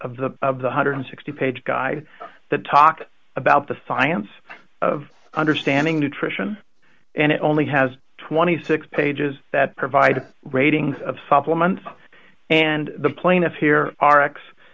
of the of the one hundred and sixty page guide that talk about the science of understanding nutrition and it only has twenty six pages that provide ratings of supplements and the plaintiff here are